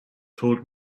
told